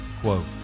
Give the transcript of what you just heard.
quote